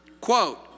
Quote